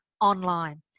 online